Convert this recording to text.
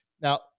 now